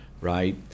right